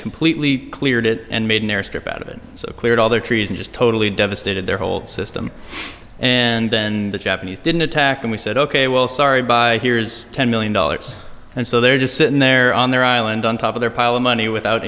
completely cleared it and made an airstrip out of it so cleared all their trees and just totally devastated their whole system and then the japanese didn't attack and we said ok well sorry by here's ten million dollars and so they're just sitting there on their island on top of their pile of money without